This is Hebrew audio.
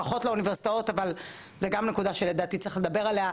ברכות לאוניברסיטאות אבל זו גם נקודה שלדעתי צריך לדבר עליה,